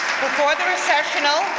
before the recessional,